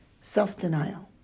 Self-denial